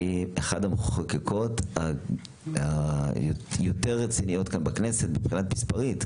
היא אחת המחוקקות היותר רציניות כאן בכנסת מבחינת מספרים,